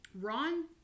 Ron